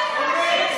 תעזבו את רבין,